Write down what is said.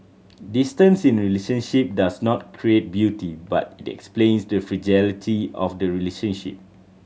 distance in a relationship does not create beauty but it explains the fragility of the relationship